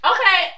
Okay